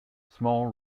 small